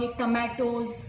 tomatoes